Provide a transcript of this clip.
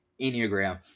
enneagram